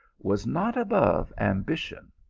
was not above ambition,